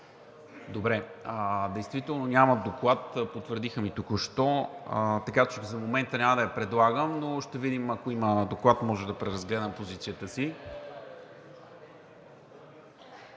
тема? Действително няма доклад – потвърдиха ми току-що. Така че за момента няма да е предлаган, но ще видим, ако има доклад, може да преразгледам позицията си.